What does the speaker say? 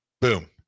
boom